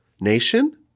nation